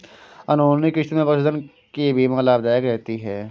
अनहोनी की स्थिति में पशुधन की बीमा लाभदायक रहती है